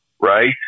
right